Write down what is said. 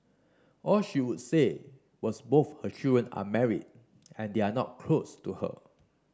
all she would say was both her children are married and they are not close to her